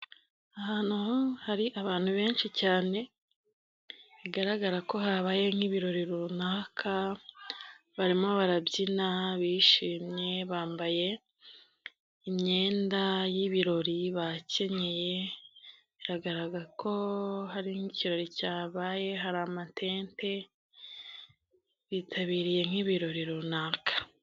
Ahantu hari abantu benshi cyane, bigaragara ko habayeho nk'ibirori runaka, barimo barabyina, bishimye, bambaye imyenda y'ibirori, bakenyeye, bigaragara ko hari nk'ikirori cyabaye, hari amatete; bitabiriye nk'ibirori runaka.